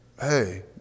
hey